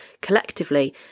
Collectively